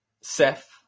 Seth